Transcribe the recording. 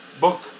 book